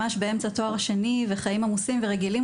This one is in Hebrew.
ממש באמצע תואר שני וחיים עמוסים ורגילים,